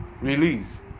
release